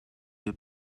que